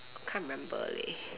can't remember leh